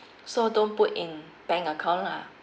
so don't put in bank account lah